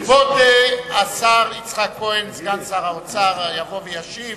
כבוד השר יצחק כהן, סגן שר האוצר, ישיב